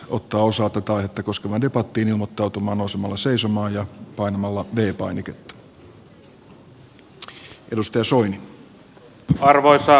mutta ulosottotointa koskeva debattiin ilmottautumaan osumalla seisomaan ja arvoisa herra puhemies